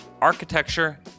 architecture